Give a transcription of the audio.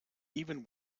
even